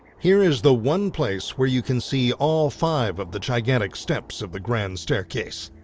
here is the one place where you can see all five of the gigantic steps of the grand staircase.